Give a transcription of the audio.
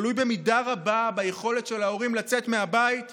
תלוי במידה רבה ביכולת של ההורים לצאת מהבית ולעבוד.